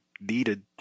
needed